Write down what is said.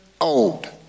old